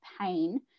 pain